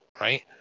right